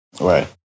Right